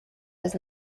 his